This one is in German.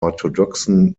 orthodoxen